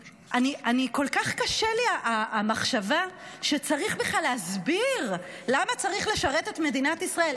וכל כך קשה לי המחשבה שצריך בכלל להסביר למה צריך לשרת את מדינת ישראל.